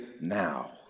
now